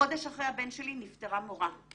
חודש אחרי הבן שלי נפטרה מורה.